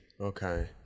okay